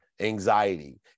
anxiety